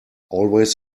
always